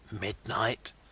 midnight